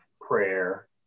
prayer